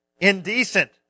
indecent